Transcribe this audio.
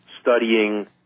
studying